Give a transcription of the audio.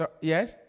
Yes